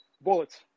bullets